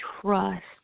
trust